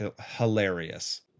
hilarious